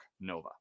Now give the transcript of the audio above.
Nova